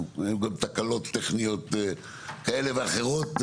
היו גם תקלות טכניות כאלה ואחרות,